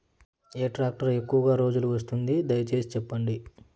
ఏ tractor ఎక్కువగా రోజులు వస్తుంది, దయసేసి చెప్పండి?